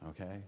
Okay